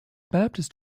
baptist